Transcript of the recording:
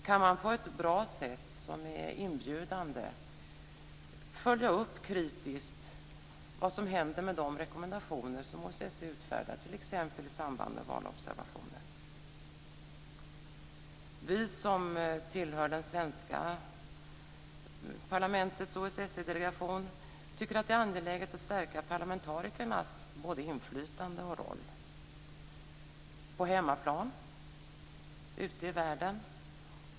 Kan man på ett bra och inbjudande sätt kritiskt följa upp vad som händer med de rekommendationer som OSSE utfärdar t.ex. i samband med valobservationer? Vi som tillhör det svenska parlamentets OSSE delegation tycker att det är angeläget att stärka både inflytande och roll för parlamentarikerna på hemmaplan och ute i världen.